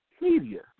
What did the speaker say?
media